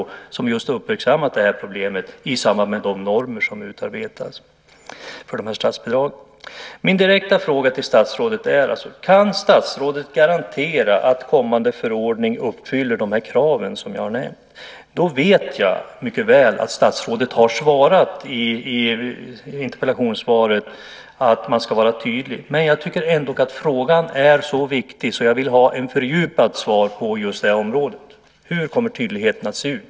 Man har just uppmärksammat det här problemet i samband med de normer som utarbetas för de här statsbidragen. Min direkta fråga till statsrådet är: Kan statsrådet garantera att kommande förordning uppfyller de här kraven som jag har nämnt? Jag vet mycket väl att statsrådet har svarat i interpellationssvaret att man ska vara tydlig. Men jag tycker ändock att frågan är så viktig så jag vill ha ett fördjupat svar på just det området. Hur kommer tydligheten att se ut?